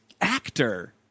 actor